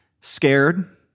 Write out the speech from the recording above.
scared